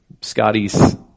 Scotty's